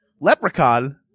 leprechaun